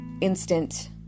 instant